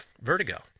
vertigo